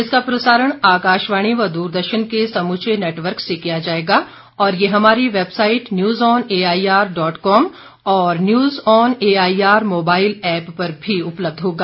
इसका प्रसारण आकाशवाणी व दूरदर्शन के समूचे नेटवर्क से किया जाएगा और यह हमारी website news on AIR dot com और news on AIR mobile app पर भी उपलब्ध होगा